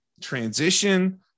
transition